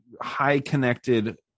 high-connected